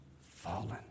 fallen